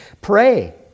pray